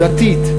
דתית,